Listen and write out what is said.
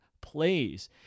plays